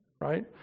right